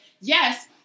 yes